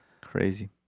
Crazy